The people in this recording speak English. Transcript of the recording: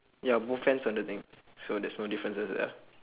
ya both hands on the thing so there's no differences ah